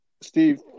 Steve